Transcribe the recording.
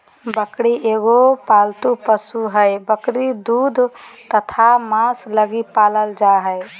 बकरी एगो पालतू पशु हइ, बकरी दूध तथा मांस लगी पालल जा हइ